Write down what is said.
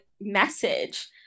message